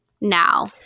now